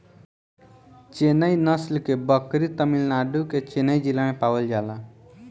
चेन्नई नस्ल के बकरी तमिलनाडु के चेन्नई जिला में पावल जाला